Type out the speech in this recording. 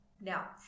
now